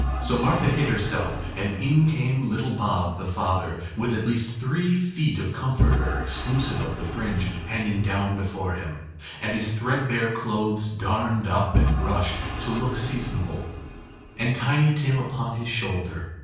so martha hid herself, and in came little bob, the father, with at least three feet of comforter exclusive of the fringe, hanging down before him and his threadbare clothes darned up and brushed, to look seasonable and tiny tim upon his shoulder.